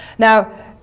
now,